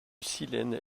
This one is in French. silène